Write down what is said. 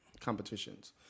competitions